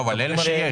אבל אלה שיש?